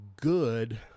good